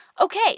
okay